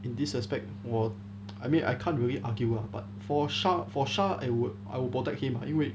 in this aspect 我 I mean I can't really argument lah but for shah for shah I would I would protect him ah 因为